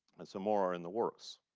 and some more are in the works.